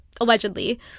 allegedly